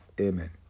Amen